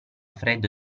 freddo